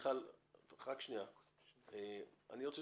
אני רוצה